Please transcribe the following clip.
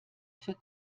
für